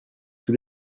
tous